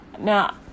Now